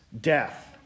death